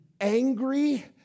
angry